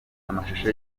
amashusho